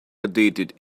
outdated